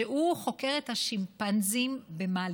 שחוקר את השימפנזים במאלי,